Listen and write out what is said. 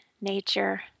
nature